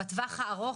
בטווח הארוך,